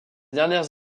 dernières